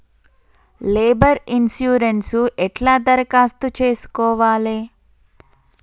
Labour insurance ఎట్ల దరఖాస్తు చేసుకోవాలే?